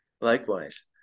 Likewise